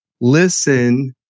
Listen